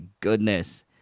goodness